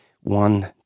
one